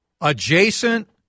Adjacent